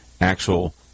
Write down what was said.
actual